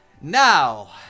Now